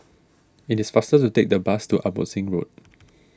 it is faster to take the bus to Abbotsingh Road